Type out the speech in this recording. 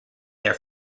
their